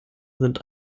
sind